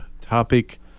topic